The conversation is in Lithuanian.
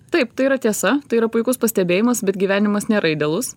taip tai yra tiesa tai yra puikus pastebėjimas bet gyvenimas nėra idealus